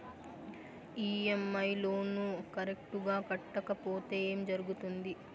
EMI loan correct గా కట్టకపోతే ఏం జరుగుతుంది